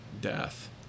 death